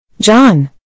John